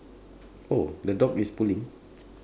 oh the dog is pulling